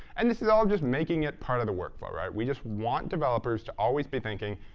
and this is all just making it part of the workflow. right? we just want developers to always be thinking,